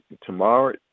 tomorrow